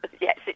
Yes